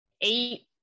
eight